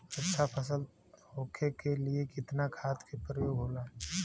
अच्छा फसल तैयार होके के लिए कितना खाद के प्रयोग होला?